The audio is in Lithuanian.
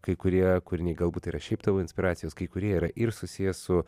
kai kurie kūriniai galbūt yra šiaip tavo inspiracijos kai kurie yra ir susiję su